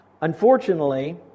unfortunately